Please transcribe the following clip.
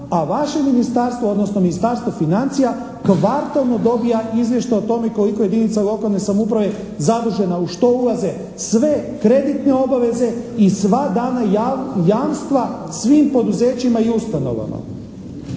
a vaše Ministarstvo odnosno Ministarstvo financija kvartalno dobija izvještaj o tome koliko je jedinica lokalne samouprave zadužena? U što ulaze sve kreditne obaveze i sva dana jamstva svim poduzećima i ustanovama.